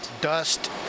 Dust